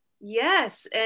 Yes